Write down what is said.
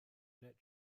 net